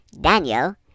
Daniel